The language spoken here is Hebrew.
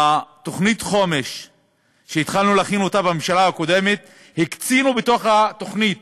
בתוכנית החומש שהתחלנו להכין בממשלה הקודמת הקציבו בתוך התוכנית